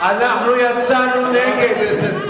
אנחנו יצאנו נגד.